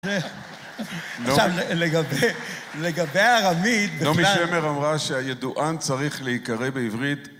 עכשיו, לגבי... לגבי הארמית, בכלל... נעמי שמר אמרה שהידוען צריך להיקרא בעברית.